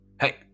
Hey